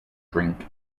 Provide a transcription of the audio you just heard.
drink